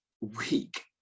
weak